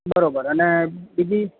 બરોબર અને બીજી